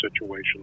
situation